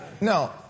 No